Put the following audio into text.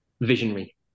visionary